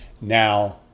Now